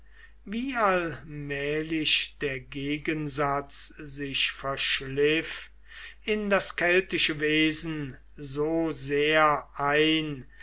wie allmählich der gegensatz sich verschliff in das keltische wesen so sehr ein